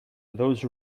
those